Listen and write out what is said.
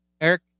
Eric